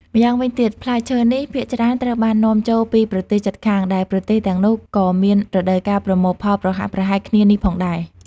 ម្យ៉ាងវិញទៀត ផ្លែឈើនេះភាគច្រើនត្រូវបាននាំចូលពីប្រទេសជិតខាង ដែលប្រទេសទាំងនោះក៏មានរដូវកាលប្រមូលផលប្រហាក់ប្រហែលគ្នានេះផងដែរ។